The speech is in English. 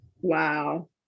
Wow